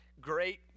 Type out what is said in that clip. great